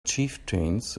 chieftains